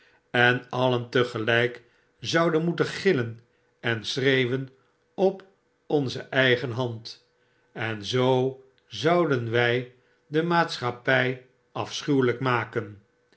en alien tegelp zouden moeten gillen en schreeuwen op onze eigen hand en zoo zouden wij de maatschappij afschuweljjk maken